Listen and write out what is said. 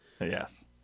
yes